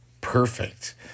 perfect